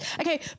okay